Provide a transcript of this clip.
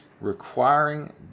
requiring